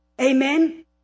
Amen